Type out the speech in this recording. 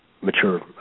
mature